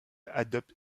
adopte